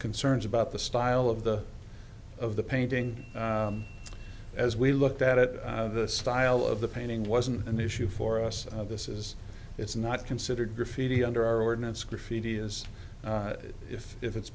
concerns about the style of the of the painting as we looked at it the style of the painting wasn't an issue for us this is it's not considered graffiti under our ordinance graffiti is if if it's